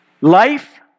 Life